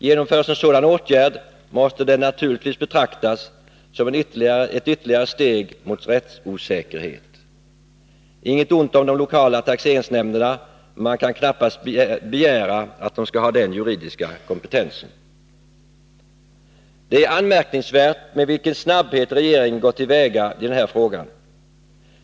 Genomförs en sådan åtgärd måste den naturligtvis betraktas som ett ytterligare steg mot rättsosäkerhet. Inget ont om de lokala taxeringsnämnderna, men man kan knappast begära att de skall ha juridisk kompetens för den tillämpningen. Det är anmärkningsvärt med vilken snabbhet regeringen har gått till väga i denna fråga.